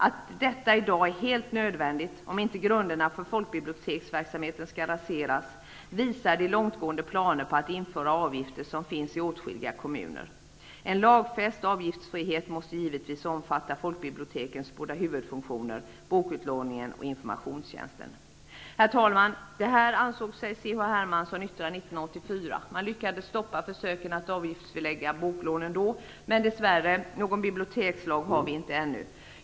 Att detta i dag är helt nödvändigt, om inte grunderna för folkbiblioteksverksamheten skall raseras, visar de långtgående planer på att införa avgifter som finns i åtskilliga kommuner. En lagfäst avgiftsfrihet måste givetvis omfatta folkbibliotekens båda huvudfunktioner, bokutlåningen och informationstjänsten.'' Detta sade C. H. Hermansson år 1984. Man lyckades stoppa försöken då att avgiftsbelägga boklånen men -- dess värre -- någon bibliotekslag har vi ännu inte.